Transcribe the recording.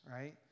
right